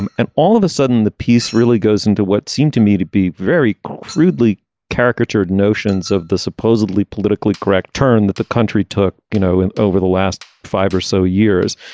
and and all of a sudden the peace really goes into what seemed to me to be very crudely caricatured notions of the supposedly politically correct term that the country took you know and over the last five or so years.